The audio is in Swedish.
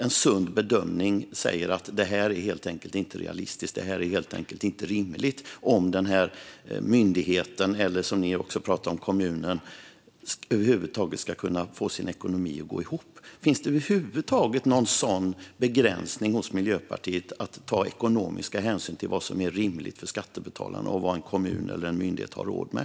En sund bedömning säger att det helt enkelt inte är realistiskt eller rimligt om myndigheten - eller, som Miljöpartiet pratar om, kommunen - ska kunna få sin ekonomi att gå ihop. Finns det över huvud taget någon begränsning hos Miljöpartiet för att ta ekonomiska hänsyn till vad som är rimligt för skattebetalarna och vad en kommun eller myndighet har råd med?